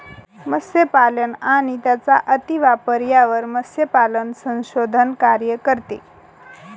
मत्स्यपालन आणि त्यांचा अतिवापर यावर मत्स्यपालन संशोधन कार्य करते